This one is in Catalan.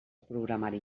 programari